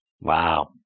Wow